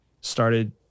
started